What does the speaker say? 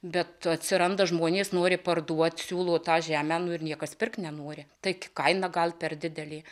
bet atsiranda žmonės nori parduoti siūlo tą žemę ir niekas pirkti nenori tai kaina gal per didelė